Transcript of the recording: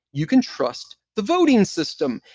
you can trust the voting system.